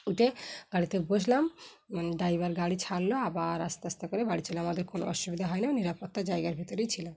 উঠে গাড়িতে বসলাম মানে ড্রাইভার গাড়ি ছাড়লো আবার আস্তে আস্তে করে বাড়ি চলে এলাম আমাদের কোনো অসুবিধা হয় না নিরাপত্তা জায়গার ভিতরেই ছিলাম